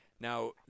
Now